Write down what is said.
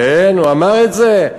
כן, הוא אמר את זה.